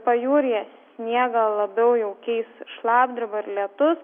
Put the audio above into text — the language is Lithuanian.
pajūryje sniegą labiau jau keis šlapdriba ir lietus